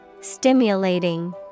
Stimulating